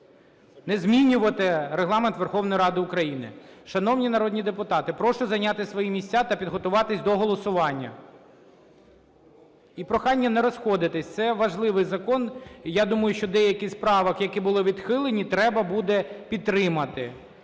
не змінювати Регламент Верховної Ради України. Шановні народні депутати, прошу зайняти свої місця та підготуватися до голосування і прохання не розходитися, це важливий закон. Я думаю, що деякі з правок, які були відхилені, треба буде підтримати.